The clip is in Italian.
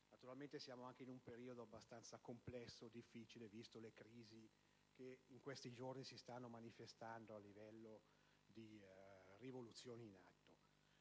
Naturalmente siamo anche in un periodo abbastanza complesso e difficile, viste le crisi che in questi giorni si stanno manifestando con le rivoluzioni in atto.